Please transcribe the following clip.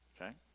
okay